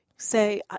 say